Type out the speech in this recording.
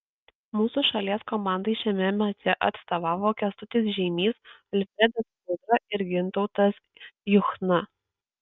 mūsų šalies komandai šiame mače atstovavo kęstutis žeimys alfredas udra ir gintautas juchna